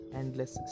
endless